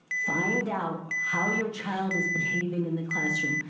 find out how your child is behaving in the classroom,